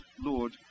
Lord